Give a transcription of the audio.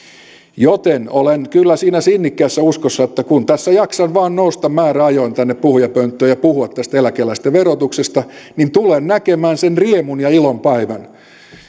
joten olen kyllä siinä sinnikkäässä uskossa että kun tässä jaksan vain nousta määräajoin tänne puhujapönttöön ja puhua tästä eläkeläisten verotuksesta niin tulen näkemään sen riemun ja ilon päivän